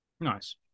Nice